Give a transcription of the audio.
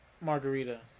Margarita